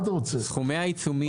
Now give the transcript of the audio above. סכומי העיצומים